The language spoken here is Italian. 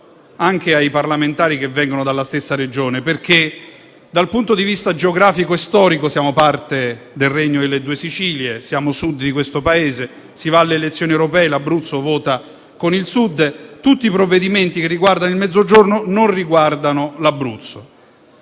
anche ai parlamentari che vengono dalla stessa Regione - perché dal punto di vista geografico e storico siamo parte del Regno delle due Sicilie e siamo Sud di questo Paese, infatti alle elezioni europee l'Abruzzo vota con il Sud; ciononostante, tutti i provvedimenti sul Mezzogiorno non riguardano l'Abruzzo,